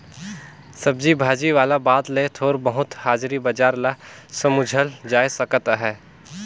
सब्जी भाजी वाला बात ले थोर बहुत हाजरी बजार ल समुझल जाए सकत अहे